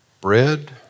bread